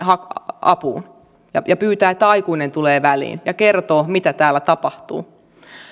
apuun ja ja pyytää että aikuinen tulee väliin ja kertoo mitä täällä tapahtuu